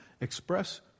express